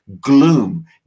gloom